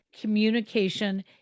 communication